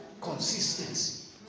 Consistency